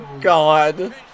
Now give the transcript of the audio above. God